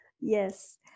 Yes